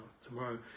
tomorrow